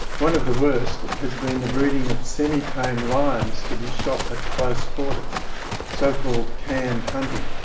one of the worst has been the breeding of semi-tame lions to be shot at close quarters so-called canned hunting.